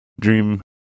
dream